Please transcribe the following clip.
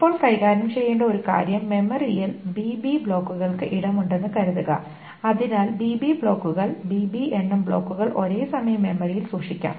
ഇപ്പോൾ കൈകാര്യം ചെയ്യേണ്ട ഒരു കാര്യം മെമ്മറിയിൽ bb ബ്ലോക്കുകൾക്ക് ഇടമുണ്ടെന്ന് കരുതുക അതിനാൽ bb ബ്ലോക്കുകൾ bb എണ്ണം ബ്ലോക്കുകൾ ഒരേസമയം മെമ്മറിയിൽ സൂക്ഷിക്കാം